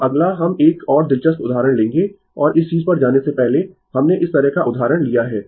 अब अगला हम एक और दिलचस्प उदाहरण लेंगें और इस चीज पर जाने से पहले हमने इस तरह का उदाहरण लिया है